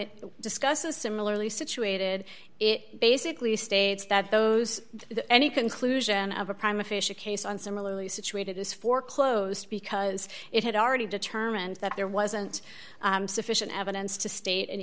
it discusses similarly situated it basically states that those any conclusion of a prime official case on similarly situated is foreclosed because it had already determined that there wasn't sufficient evidence to state an